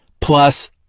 plus